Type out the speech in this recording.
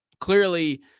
Clearly